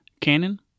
Canon